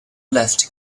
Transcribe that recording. left